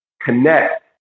connect